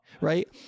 Right